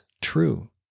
true